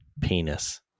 penis